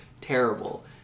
terrible